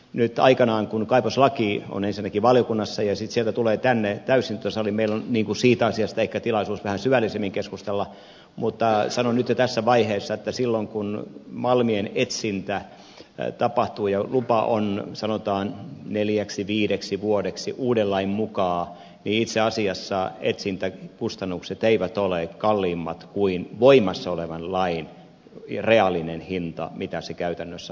nyt aikanaan kun kaivoslaki on ensin valiokunnassa ja sitten sieltä tulee tänne täysistuntosaliin meillä on siitä asiasta ehkä tilaisuus vähän syvällisemmin keskustella mutta sanon nyt jo tässä vaiheessa että silloin kun malmien etsintä tapahtuu ja lupa on sanotaan neljäksi viideksi vuodeksi uuden lain mukaan niin itse asiassa etsintäkustannukset eivät ole kalliimmat kuin voimassa olevan lain reaalinen hinta mitä se käytännössä on